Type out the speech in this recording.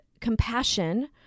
compassion